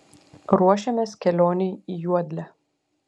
ruošiamės kelionei į juodlę